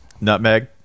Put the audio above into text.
Nutmeg